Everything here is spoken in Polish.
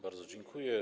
Bardzo dziękuję.